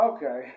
Okay